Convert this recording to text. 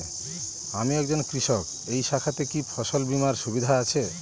আমি একজন কৃষক এই শাখাতে কি ফসল বীমার সুবিধা আছে?